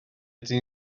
ydy